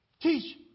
Teach